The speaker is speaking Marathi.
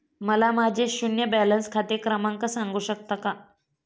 मला माझे शून्य बॅलन्स खाते क्रमांक सांगू शकता का?